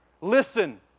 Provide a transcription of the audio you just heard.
listen